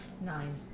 Nine